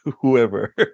whoever